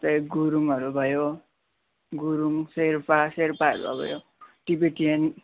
त्यही गुरुङहरू भयो गुरुङ शेर्पा शेर्पाहरू अब यो टिबेटियन